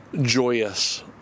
joyous